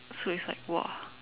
so it's like !wah!